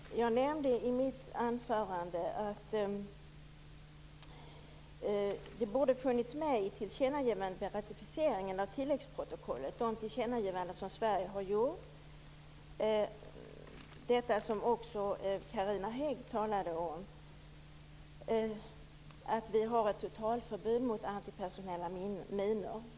Fru talman! Jag nämnde i mitt anförande att det borde funnits med i tillkännagivandet vid ratificeringen av tilläggsprotokollet, de tillkännagivanden som Sverige har gjort och som också Carina Hägg talade om, att vi har ett totalförbud mot antipersonella minor.